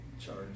Charge